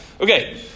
Okay